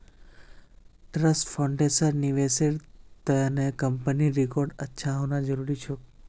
trust फंड्सेर निवेशेर त न कंपनीर रिकॉर्ड अच्छा होना जरूरी छोक